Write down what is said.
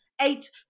eight